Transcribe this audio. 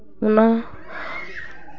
ᱚᱱᱟ